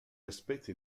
aspetti